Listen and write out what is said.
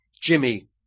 Jimmy